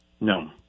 No